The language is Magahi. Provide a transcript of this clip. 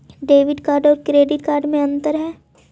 डेबिट कार्ड और क्रेडिट कार्ड में अन्तर है?